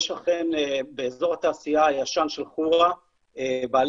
יש אכן באזור התעשייה הישן של חורה בעלי